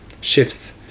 Shifts